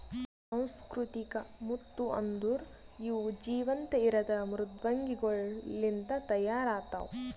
ಸುಸಂಸ್ಕೃತಿಕ ಮುತ್ತು ಅಂದುರ್ ಇವು ಜೀವಂತ ಇರದ್ ಮೃದ್ವಂಗಿಗೊಳ್ ಲಿಂತ್ ತೈಯಾರ್ ಆತ್ತವ